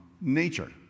nature